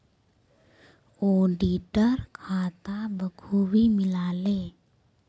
auditor खाता बखूबी मिला ले